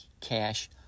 cash